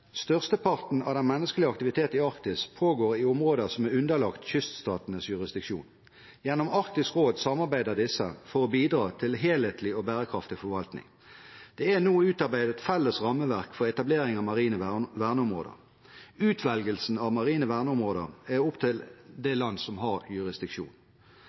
Størsteparten av den menneskelige aktiviteten i Arktis pågår i områder som er underlagt kyststatenes jurisdiksjon. Gjennom Arktisk råd samarbeider disse for å bidra til en helhetlig og bærekraftig forvaltning. Det er nå utarbeidet et felles rammeverk for etablering av marine verneområder. Utvelgelsen av marine verneområder er opp til det landet som har jurisdiksjon.